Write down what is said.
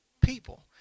people